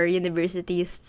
universities